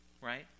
right